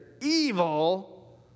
evil